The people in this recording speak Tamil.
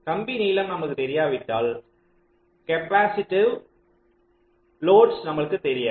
கம்பி நீளம் நமக்குத் தெரியாவிட்டால் கேப்பாசிட்டிவ் லோர்ட்ஸ் நமக்கு தெரியாது